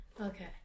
Okay